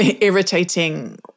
irritating